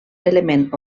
element